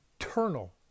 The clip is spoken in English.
Eternal